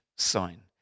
sign